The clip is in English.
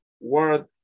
word